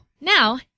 Now